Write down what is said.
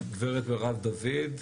גברת מרב דוד,